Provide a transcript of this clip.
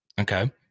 Okay